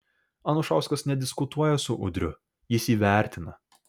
anušauskas nediskutuoja su udriu jis jį vertina